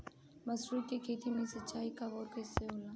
मसुरी के खेती में सिंचाई कब और कैसे होला?